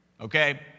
okay